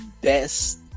best